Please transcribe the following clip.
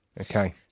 okay